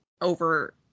over